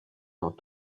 dans